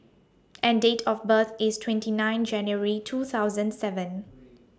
and Date of birth IS twenty nine January two thousand seven